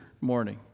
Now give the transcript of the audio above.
morning